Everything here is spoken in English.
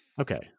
Okay